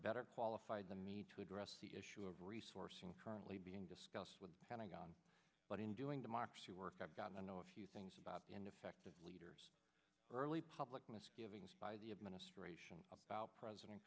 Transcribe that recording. better qualified than me to address the issue of resourcing currently being discussed with pentagon but in doing democracy work i've got to know a few things about ineffective leaders early public misgivings by the administration about president